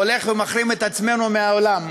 הולך ומחרים את עצמנו מהעולם,